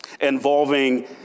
involving